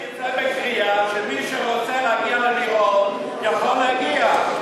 שיצא בקריאה שמי שרוצה להגיע למירון יכול להגיע.